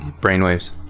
brainwaves